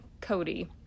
Cody